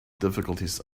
difficulties